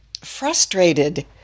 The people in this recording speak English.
frustrated